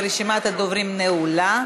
ורשימת הדוברים נעולה.